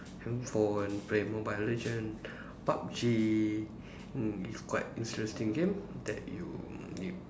handphone play mobile legend PUB-G mm it's quite interesting game that you you